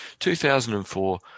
2004